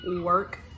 work